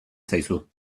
zaizu